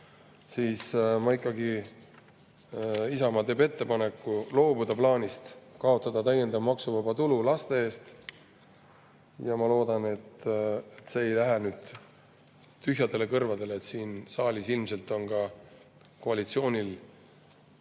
siis Isamaa teeb ikkagi ettepaneku loobuda plaanist kaotada täiendav maksuvaba tulu laste eest. Ma loodan, et see ei lähe nüüd [kurtidele] kõrvadele, sest siin saalis ilmselt on ka koalitsiooni